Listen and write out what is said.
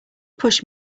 push